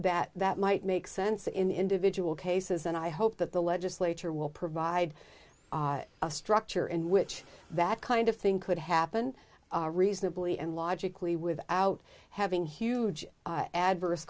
that that might make sense in individual cases and i hope that the legislature will provide a structure in which that kind of thing could happen reasonably and logically without having huge adverse